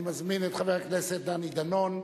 אני מזמין את חבר הכנסת דני דנון,